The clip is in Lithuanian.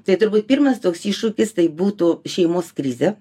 tai turbūt pirmas toks iššūkis tai būtų šeimos krizė